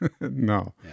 No